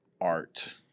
art